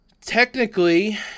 Technically